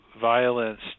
violence